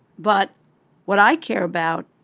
but what i care about.